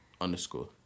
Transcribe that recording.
underscore